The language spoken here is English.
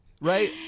Right